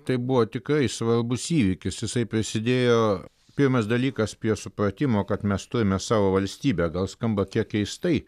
tai buvo tikrai svarbus įvykis jisai prisidėjo pirmas dalykas prie supratimo kad mes turime savo valstybę gal skamba kiek keistai